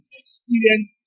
experience